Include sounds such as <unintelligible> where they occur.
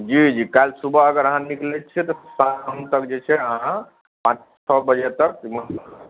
जी जी काल्हि सुबह अगर अहाँ निकलय छियै तऽ शाम तक जे छै अहाँ पाँच छओ बजे तक <unintelligible>